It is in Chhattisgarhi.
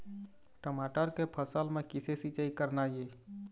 टमाटर के फसल म किसे सिचाई करना ये?